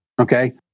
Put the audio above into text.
Okay